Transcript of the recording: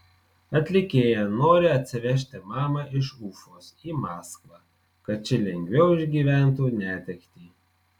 atlikėja nori atsivežti mamą iš ufos į maskvą kad ši lengviau išgyventų netektį